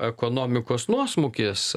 ekonomikos nuosmukis